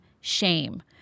shame